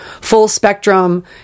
full-spectrum